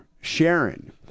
Sharon